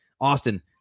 Austin